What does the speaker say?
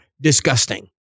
disgusting